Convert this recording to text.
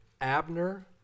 Abner